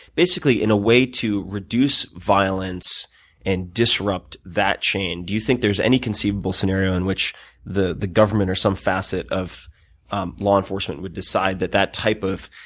basically in a way to reduce violence and disrupt that chain, do you think there's any conceivable scenario in which the the government or some facet of um law enforcement would decide that that type of.